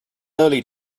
early